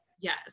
Yes